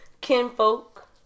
kinfolk